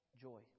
Joy